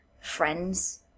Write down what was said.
friends